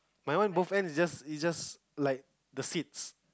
my one both end is just is just like the seats